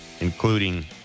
including